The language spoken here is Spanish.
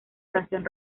canción